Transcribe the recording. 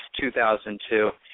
2002